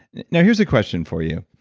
now here's a question for you,